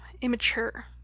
immature